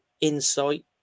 insight